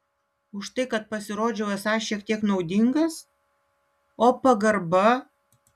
už tai kad pasirodžiau esąs šiek tiek naudingas o pagarba